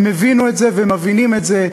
הם הבינו את זה והם מבינים את זה,